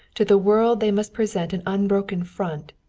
to the world they must present an unbroken front,